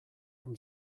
from